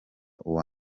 uwa